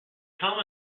common